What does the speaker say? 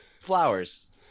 flowers